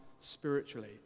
spiritually